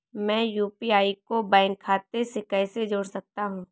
मैं यू.पी.आई को बैंक खाते से कैसे जोड़ सकता हूँ?